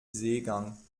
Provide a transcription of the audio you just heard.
seegang